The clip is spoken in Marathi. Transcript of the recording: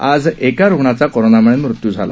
आज एका रुग्णाचा कोरोनामुळे मृत्यू झाला